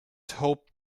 hoped